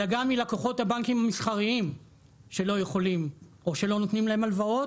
אלא גם מלקוחות הבנקים המסחריים שלא יכולים או שלא נותנים להם הלוואות,